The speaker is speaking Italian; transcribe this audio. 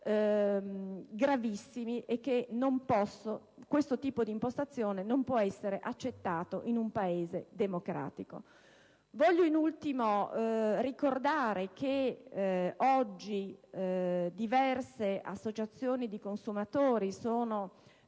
gravissimi. Questo tipo di impostazione non può essere accettato in un Paese democratico. Da ultimo, desidero ricordare che oggi diverse associazioni di consumatori sono